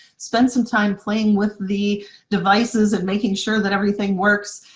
spend some time playing with the devices and making sure that everything works,